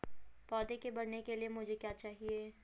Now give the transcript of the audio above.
पौधे के बढ़ने के लिए मुझे क्या चाहिए?